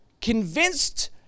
convinced